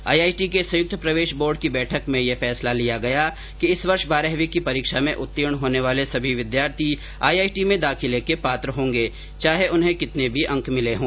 IIT के संयुक्त प्रवेश बोर्ड की बैठक में यह फैसला लिया गया कि इस वर्ष बारहवीं की परीक्षा में उत्तीर्ण होने वाले सभी विद्यार्थी आईआईटी में दाखिले के पात्र होंगे चाहे उन्हें कितने भी अंक मिले हों